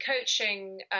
coaching